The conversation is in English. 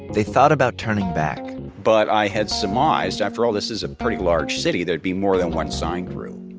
they thought about turning back but i had surmised after all this is a pretty large city, there'd be more than one sign crew.